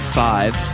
five